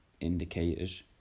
indicators